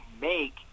make